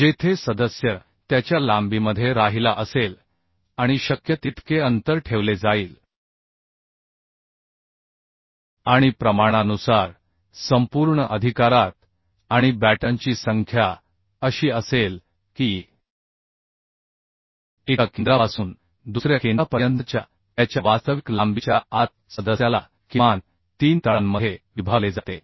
जेथे सदस्य त्याच्या लांबीमध्ये राहिला असेल आणि शक्य तितके अंतर ठेवले जाईल आणि प्रमाणानुसार संपूर्ण अधिकारात आणि बॅटनची संख्या अशी असेल की एका केंद्रापासून दुसऱ्या केंद्रापर्यंतच्या त्याच्या वास्तविक लांबीच्या आत सदस्याला किमान 3 तळांमध्ये विभागले जाते